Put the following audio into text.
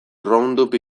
roundup